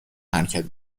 حرکت